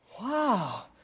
Wow